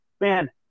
man